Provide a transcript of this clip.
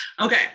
Okay